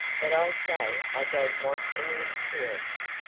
but i say i don't want any interference,